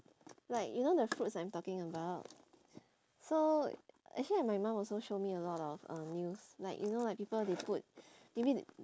like you know the fruits I'm talking about so actually my mum also show me a lot of um news like you know like people they put maybe